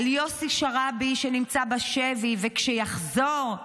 על יוסי שרעבי, שנמצא בשבי, וכשיחזור,